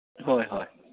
ꯍꯣꯏ ꯍꯣꯏ